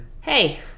Hey